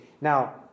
Now